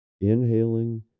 Inhaling